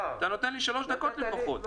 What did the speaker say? תן לי שלוש דקות לפחות.